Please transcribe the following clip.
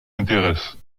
intéresse